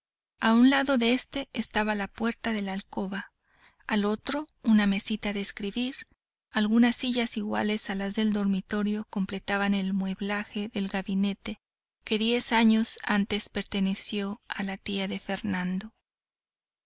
a un lado de este estaba la puerta de la alcoba al otro una mesita de escribir algunas sillas iguales a las del dormitorio completaban el mueblaje del gabinete que diez años antes perteneció a la tía de fernando